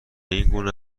اینگونه